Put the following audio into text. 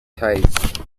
tide